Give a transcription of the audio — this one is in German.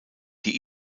die